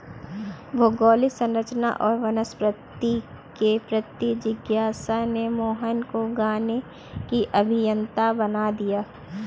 भौगोलिक संरचना और वनस्पति के प्रति जिज्ञासा ने मोहन को गाने की अभियंता बना दिया